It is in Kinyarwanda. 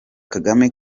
kagame